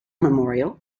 memorial